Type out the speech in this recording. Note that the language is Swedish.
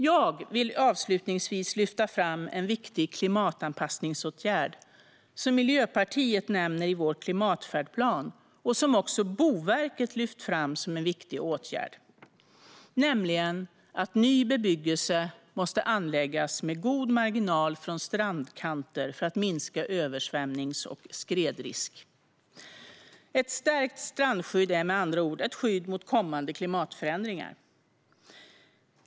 Jag vill avslutningsvis lyfta fram en viktig klimatanpassningsåtgärd som Miljöpartiet nämner i vår klimatfärdplan och som också Boverket lyft fram som en viktig åtgärd, nämligen att ny bebyggelse måste anläggas med god marginal från strandkanter för att minska översvämnings och skredrisk. Ett stärkt strandskydd är med andra ord ett skydd mot kommande klimatförändringar.